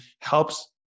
helps